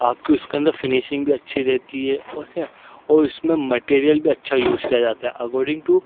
آپ کی اس کے اندر فنیشنگ بھی اچھی رہتی ہے اور اس میں اور اس میں مٹیریل بھی اچھا یوز کیا جاتا ہے اکورڈنگ ٹو